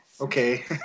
okay